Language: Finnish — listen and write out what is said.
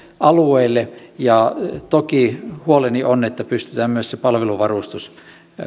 alueille ja toki huoleni on että pystytään myös se palveluvarustus